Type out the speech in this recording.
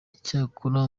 icyakora